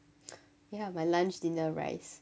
ya my lunch dinner rice